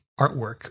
artwork